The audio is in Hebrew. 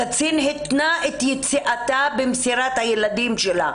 הקצין התנה את יציאתה במסירת הילדים שלה.